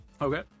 Okay